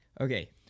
Okay